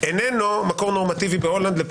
איננו מקור נורמטיבי בהולנד,